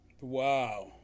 Wow